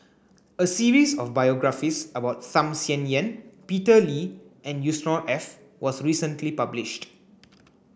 a series of biographies about Tham Sien Yen Peter Lee and Yusnor Ef was recently published